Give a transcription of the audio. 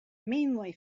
mainly